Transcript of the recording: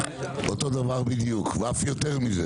זאת הדרך לעשות את זה.